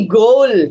goal